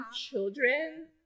children